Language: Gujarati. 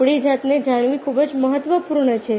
આપણી જાતને જાણવી ખૂબ જ મહત્વપૂર્ણ છે